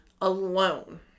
alone